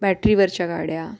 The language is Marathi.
बॅटरीवरच्या गाड्या